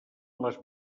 les